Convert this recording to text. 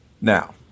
Now